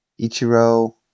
Ichiro